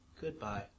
Goodbye